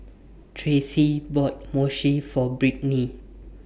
Tracee bought Mochi For Brittni